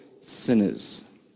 sinners